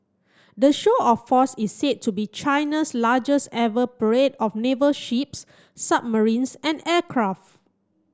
the show of force is said to be China's largest ever parade of naval ships submarines and aircraft